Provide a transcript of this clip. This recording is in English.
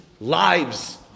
lives